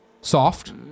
soft